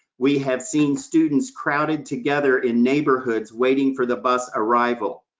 we have seen students crowded together in neighborhoods, waiting for the bus arrival.